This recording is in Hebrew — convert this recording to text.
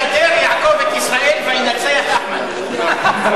יעקב את ישראל, וינצח אחמד.